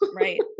Right